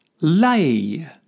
Lay